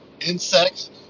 insects